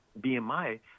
bmi